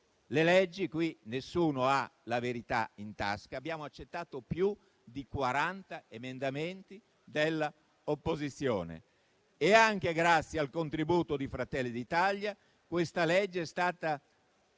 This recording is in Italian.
le leggi. Nessuno ha la verità in tasca. Abbiamo accettato più di 40 emendamenti dell'opposizione e anche grazie al contributo di Fratelli d'Italia il disegno di legge è stato